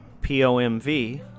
POMV